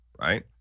Right